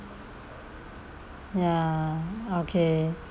ya okay